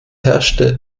herrschte